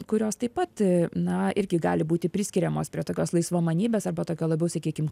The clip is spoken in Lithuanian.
kurios taip pat na irgi gali būti priskiriamos prie tokios laisvamanybės arba tokio labiau sakykim